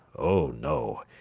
oh, no,